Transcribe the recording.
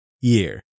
year